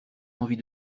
envie